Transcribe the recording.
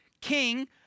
king